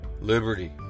liberty